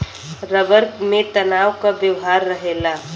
rubber में तनाव क व्यवहार रहेला